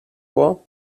vor